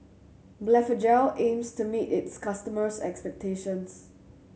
Blephagel aims to meet its customers' expectations